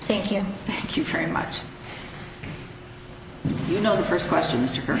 thank you thank you very much you know the first question mis